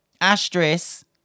asterisk